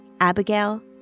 Abigail